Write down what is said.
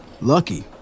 Lucky